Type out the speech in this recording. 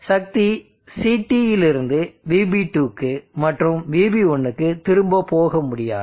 சக்தி CTலிருந்து VB2க்கு மற்றும் VB1க்கு திரும்ப போக முடியாது